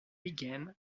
began